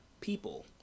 people